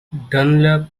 dunlap